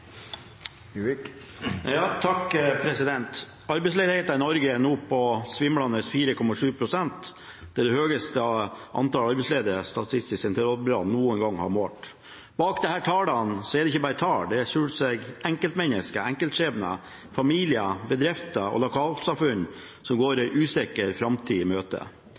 nå på svimlende 4,7 pst. Det er det høyeste antallet arbeidsledige Statistisk sentralbyrå noen gang har målt. Bak disse tallene skjuler det seg enkeltmennesker, enkeltskjebner, familier, bedrifter og lokalsamfunn som går en usikker framtid i møte.